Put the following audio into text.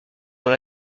dans